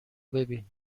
ببین